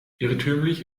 irrtümlich